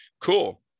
Cool